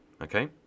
okay